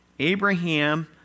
Abraham